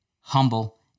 humble